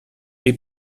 les